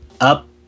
up